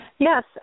Yes